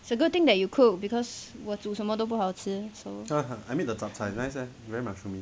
it's a good thing that you cook because 我煮什么都不好吃